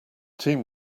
team